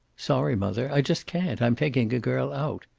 sorry, mother. i just can't. i'm taking a girl out.